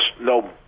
no